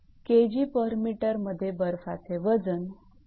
𝐾𝑔𝑚 मध्ये बर्फाचे वजन b